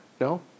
No